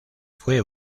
fue